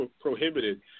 prohibited